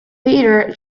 peter